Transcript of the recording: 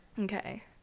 Okay